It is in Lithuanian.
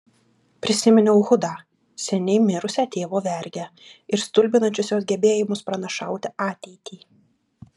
prisiminiau hudą seniai mirusią tėvo vergę ir stulbinančius jos gebėjimus pranašauti ateitį